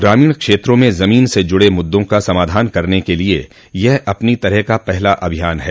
ग्रामीण क्षेत्रों में जमीन से जुड़े मुद्दों का समाधान करने के लिए यह अपनी तरह का पहला अभियान है